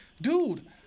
dude